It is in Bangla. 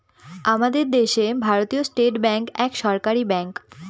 আমাদের দেশে ভারতীয় স্টেট ব্যাঙ্ক এক সরকারি ব্যাঙ্ক